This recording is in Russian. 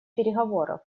переговоров